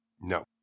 No